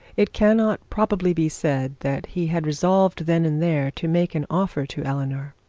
it cannot probably be said that he had resolved then and there to make an offer to eleanor.